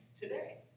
today